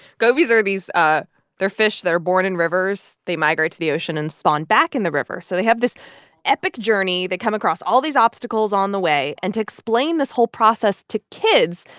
gobbies are these ah they're fish that are born in rivers. they migrate to the ocean and spawn back in the river. so they have this epic journey. they come across all these obstacles on the way. and to explain this whole process to kids,